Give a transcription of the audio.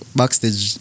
backstage